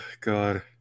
God